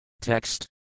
Text